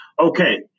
Okay